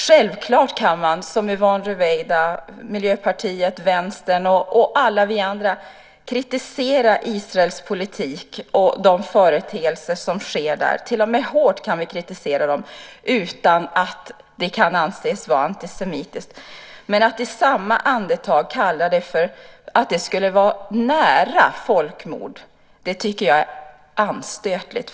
Självklart kan man som Yvonne Ruwaida, Miljöpartiet, Vänstern och alla vi andra kritisera Israels politik och de företeelser som sker där. Vi kan till och med kritisera dem hårt utan att det kan anses vara antisemitiskt. Men att i samma andetag säga att det skulle vara nära folkmord, det tycker jag är anstötligt.